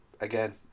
Again